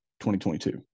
2022